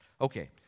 Okay